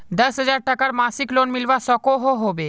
दस हजार टकार मासिक लोन मिलवा सकोहो होबे?